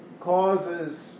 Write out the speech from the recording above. causes